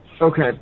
Okay